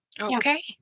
Okay